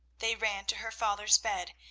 they ran to her father's bed,